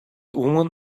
woman